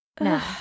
No